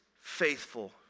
faithful